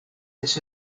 this